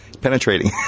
penetrating